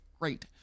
Great